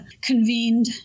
convened